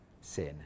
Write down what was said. sin